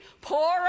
Poor